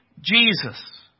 Jesus